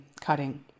cutting